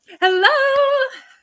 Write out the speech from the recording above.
Hello